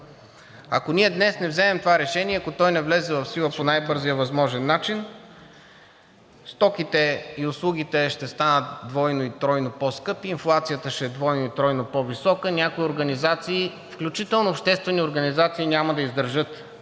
Ако ние днес не вземем това решение, ако то не влезе в сила по най-бързия възможен начин, стоките и услугите ще станат двойно и тройно по-скъпи, инфлацията ще е двойно и тройно по-висока, някои организации, включително обществени организации, няма да издържат.